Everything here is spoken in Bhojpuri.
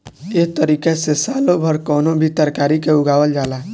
एह तारिका से सालो भर कवनो भी तरकारी के उगावल जाला